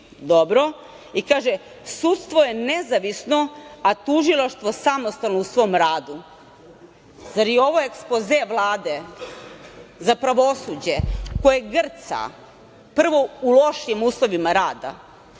dobro i kaže – sudstvo je nezavisno, a tužilaštvo samostalno u svom radu. Zar je ovo ekspoze Vlade za pravosuđe koje grca, prvo u lošim uslovima rada.U